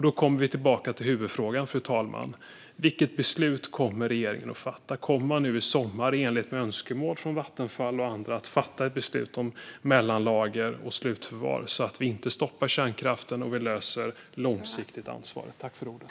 Då kommer vi tillbaka till huvudfrågan, fru talman: Vilket beslut kommer regeringen att fatta? Kommer man nu i sommar, i enlighet med önskemål från Vattenfall och andra, att fatta ett beslut om mellanlager och slutförvar, så att vi inte stoppar kärnkraften och så att vi långsiktigt löser frågan om ansvaret?